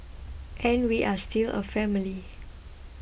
and we are still a family